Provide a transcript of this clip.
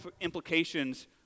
implications